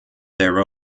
their